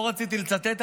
לא רציתי לצטט,